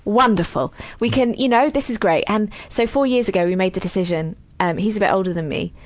wonderful! we can, you know, this is great. and, so four years ago we made the decision, um he's a bit older than me.